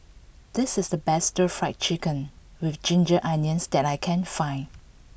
this is the best Stir Fry Chicken with Ginger Onions that I can find